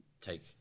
take